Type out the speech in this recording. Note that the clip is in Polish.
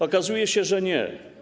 Okazuje się, że nie.